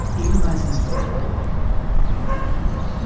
even my sense of awe awe remains undiminished